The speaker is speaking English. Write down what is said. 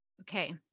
okay